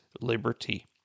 liberty